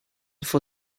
for